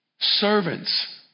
Servants